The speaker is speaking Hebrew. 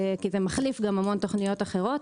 כי היא גם מחליפה המון תוכניות אחרות.